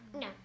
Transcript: No